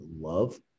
love